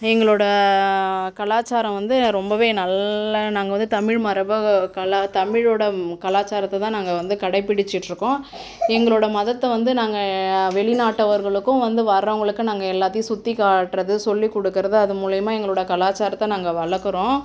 எங்களோடய கலாச்சாரம் வந்து ரொம்பவே நல்ல நாங்கள் வந்து தமிழ் மரபு கலா தமிழோடய கலாச்சாரத்தை தான் நாங்கள் வந்து கடைபிடிச்சுட்டு இருக்கோம் எங்களோடய மதத்தை வந்து நாங்கள் வெளிநாட்டவர்களுக்கு வந்து வரவங்களுக்கும் நாங்கள் எல்லாத்தையும் சுற்றி காட்டுறது சொல்லிக் கொடுக்குறது அது மூலிமா எங்களோடய கலாச்சாரத்தை நாங்கள் வளர்க்குறோம்